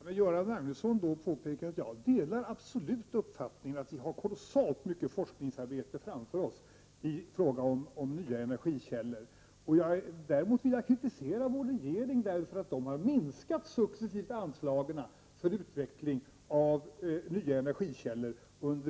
Fru talman! Jag vill för Göran Magnusson påpeka att jag absolut delar uppfattningen att vi har kolossalt mycket forskningsarbete framför oss i fråga om nya energikällor. Däremot vill jag kritisera vår regering därför att den successivt minskat anslagen för utveckling av nya energikällor